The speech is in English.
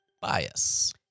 bias